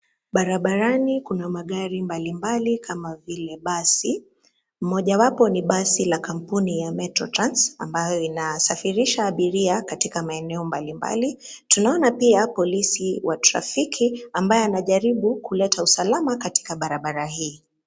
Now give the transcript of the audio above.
Barabarani kuna magari mbalimbali kama vile basi. Mojawapo ni basi la kampuni ya Metro Trans , ambayo inasafirisha abiria katika maeneo mbali mbali, tunaona pia polisi wa trafiki ambaye anajaribu kuleta usalama katika barabara hii.